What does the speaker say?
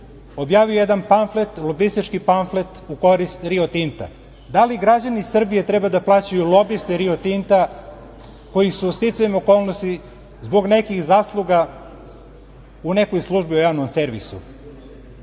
objavio jedan panflet, lobistički panflet u korist Rio Tinta, da li građani Srbije treba da plaćaju lobiste Rio Tinta, koji su sticajem okolnosti zbog nekih zasluga u nekoj službi u javnom servisu?